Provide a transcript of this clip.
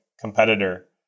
competitor